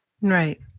Right